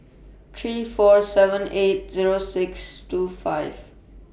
three four seven eight Zero six two five